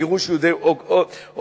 גירוש יהודי אוקסבורג,